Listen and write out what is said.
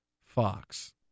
Fox